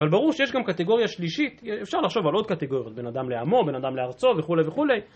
אבל ברור שיש גם קטגוריה שלישית, אפשר לחשוב על עוד קטגוריות, בין אדם לעמו, בין אדם לארצו וכולי וכולי